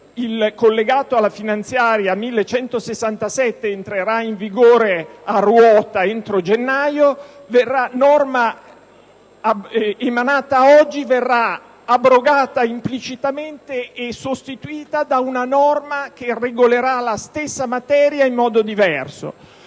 il collegato alla finanziaria n. 1167 entrerà in vigore a ruota entro gennaio (come la maggioranza preannuncia), la norma emanata oggi verrà abrogata implicitamente e sostituita da una norma che regolerà la stessa materia in modo diverso.